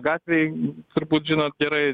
gatvėj turbūt žinot gerai